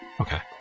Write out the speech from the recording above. Okay